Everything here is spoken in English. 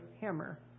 hammer